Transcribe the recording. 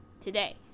today